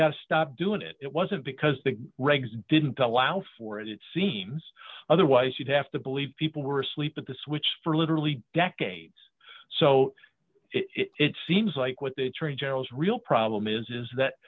got to stop doing it it wasn't because the regs didn't allow for it it seems otherwise you'd have to believe people were asleep at the switch for literally decades so it seems like with the attorney general's real problem is is that